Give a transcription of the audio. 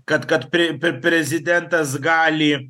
kad kad prė pr prezidentas gali